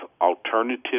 alternative